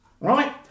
Right